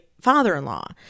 father-in-law